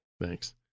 Thanks